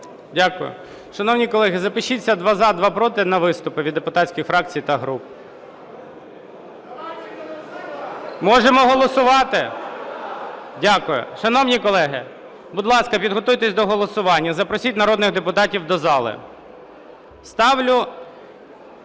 Дякую. Шановні колеги, запишіться: два – за, два – проти на виступи від депутатських фракцій та груп. Можемо голосувати? Дякую. Шановні колеги, будь ласка, підготуйтесь до голосування. Запросіть народних депутатів до зали. Ставлю…